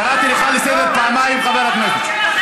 קראתי אותך לסדר פעמיים, חבר הכנסת.